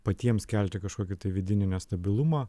patiems kelti kažkokį vidinį nestabilumą